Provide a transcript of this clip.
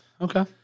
Okay